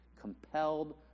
Compelled